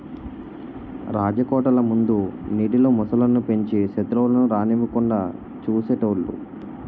రాజకోటల ముందు నీటిలో మొసళ్ళు ను పెంచి సెత్రువులను రానివ్వకుండా చూసేటోలు